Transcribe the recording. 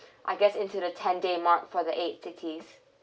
I guess into the ten day mark for the eight cities